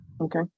okay